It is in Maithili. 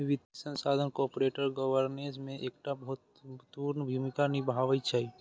वित्तीय संस्थान कॉरपोरेट गवर्नेंस मे एकटा महत्वपूर्ण भूमिका निभाबै छै